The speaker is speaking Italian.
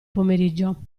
pomeriggio